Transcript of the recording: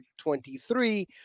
23